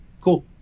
Cool